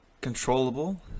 controllable